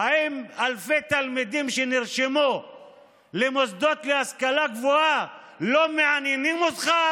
האם אלפי תלמידים שנרשמו למוסדות להשכלה גבוהה לא מעניינים אותך,